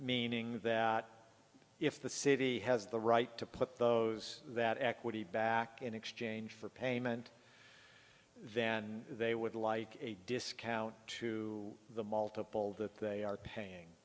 meaning that if the city has the right to put those that equity back in exchange for payment then they would like a discount to the multiple that they are paying